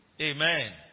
Amen